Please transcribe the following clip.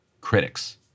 critics